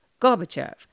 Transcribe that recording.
Gorbachev